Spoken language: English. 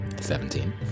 Seventeen